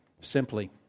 simply